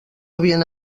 havien